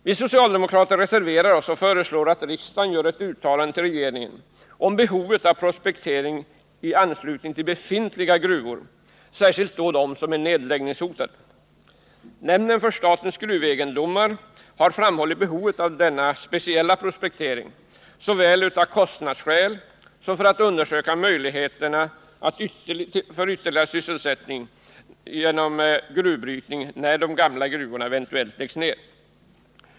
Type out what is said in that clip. Vi socialdemokrater reserverar oss och föreslår att riksdagen gör ett uttalande till regeringen om behovet av prospektering i anslutning till befintliga gruvor, särskilt de som är nedläggningshotade. Nämnden för statens gruvegendomar har framhållit behovet av denna speciella prospektering, såväl av kostnadsskäl som för att undersöka möjligheterna till ytterligare sysselsättning genom ny gruvbrytning när de gamla gruvorna eventuellt läggs ned.